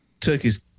turkey's